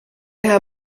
herr